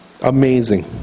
Amazing